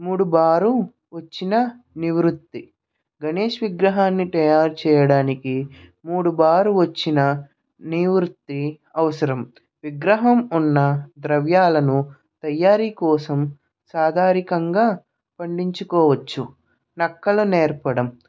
మూడు బారు వచ్చిన నివృత్తి గణేష్ విగ్రహాన్ని తయారు చేయడానికి మూడు బారు వచ్చిన నివృత్తి అవసరం విగ్రహం ఉన్న ద్రవ్యాలను తయారి కోసం సాధారికంగా పండించుకోవచ్చు నక్కల నేర్పడం